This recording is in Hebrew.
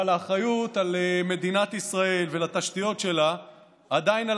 אבל האחריות על מדינת ישראל ועל התשתיות שלה עדיין על